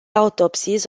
autopsies